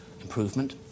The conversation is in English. improvement